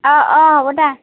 অঁ অঁ হ'ব দা